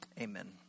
amen